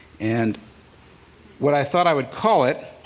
and what i thought i would call it